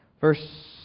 Verse